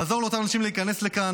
לעזור לאותם אנשים להיכנס לכאן,